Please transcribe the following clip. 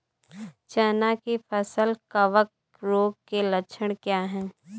चना की फसल कवक रोग के लक्षण क्या है?